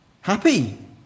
happy